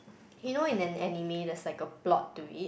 you know in an anime there's like a plot to it